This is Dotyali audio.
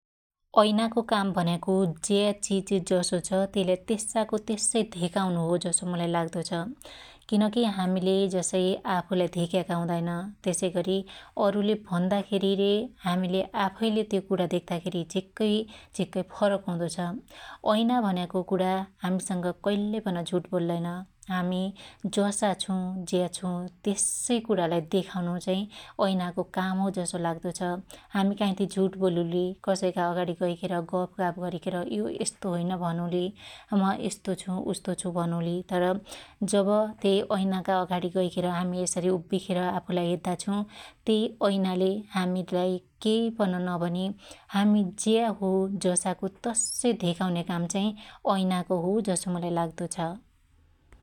एैनाको काम भन्याको ज्या चिज जसो छ त्यइलाई त्यस्साको त्यस्सई धेकाउनु हो जसो मुलाई लाग्दो छ । किनकि हामिले जसै आफुलाई धेक्याका हुदाईन त्यसैगरी अरुले भन्दा खेरी रे हामीले आफैले त्यो कुणा देक्ताखेरी झिक्कै झिक्कै फरक हुदोछ । एैना भन्याको कुणा हामीस‌ंग कईल्लै पन झुट बोल्लैन हामि जसा छु ज्या छु त्यस्साई कुणालाई देखाउनु चाहि एैनाको काम हो जसो लाग्दो छ । हामी काइथी झुट बोलुली कसैका अगाणी गैखेर गफगाफ गरीखेर यो यस्तो होईन भनुली म यस्तो छु उस्तो छु भनुली तर जब तै एैनाका अगाडी गैखेर हामि यसरी उभ्भीखेर आफुलाई हेद्दा छु त्यई एैनाले हामिलाई केइपन नभनि हामि ज्या हो पसाको तस्सै धेकाउन्या काम चाहि एैनाको हो जसो मुलाई लाग्दो छ ।